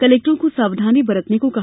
कलेक्टरों को सावधानी बरतने को कहा